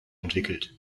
entwickelt